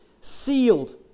sealed